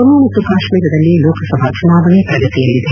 ಜಮ್ಮು ಮತ್ತು ಕಾಶ್ಮೀರದಲ್ಲಿ ಲೋಕಸಭಾ ಚುನಾವಣೆ ಪ್ರಗತಿಯಲ್ಲಿದೆ